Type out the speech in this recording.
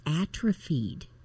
atrophied